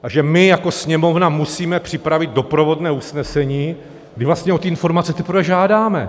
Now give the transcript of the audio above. A že my jako Sněmovna musíme připravit doprovodné usnesení, kdy vlastně o ty informace teprve žádáme.